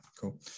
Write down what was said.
cool